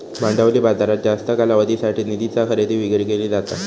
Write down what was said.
भांडवली बाजारात जास्त कालावधीसाठी निधीची खरेदी विक्री केली जाता